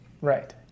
Right